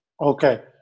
Okay